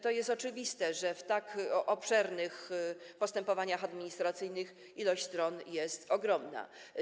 To jest oczywiste, że w tak obszernych postępowaniach administracyjnych liczba stron jest ogromna.